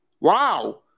Wow